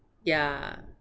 yeah